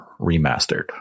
Remastered